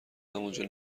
همونجا